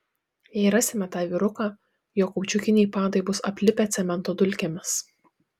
jei rasime tą vyruką jo kaučiukiniai padai bus aplipę cemento dulkėmis